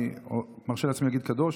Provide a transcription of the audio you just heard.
אני מרשה לעצמי להגיד "קדוש".